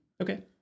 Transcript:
Okay